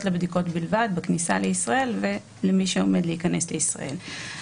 לבדיקות בלבד בכניסה לישראל ולמי שעומד להיכנס לישראל.